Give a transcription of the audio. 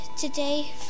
today